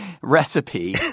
recipe